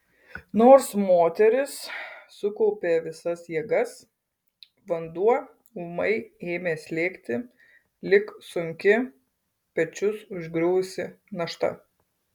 nors moteris sukaupė visas jėgas vanduo ūmai ėmė slėgti lyg sunki pečius užgriuvusi našta